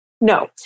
No